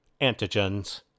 Antigens